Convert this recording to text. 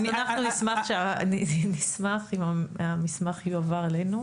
אנחנו נשמח אם המסמך יועבר אלינו.